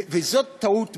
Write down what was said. וזאת טעות בעיני.